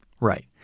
Right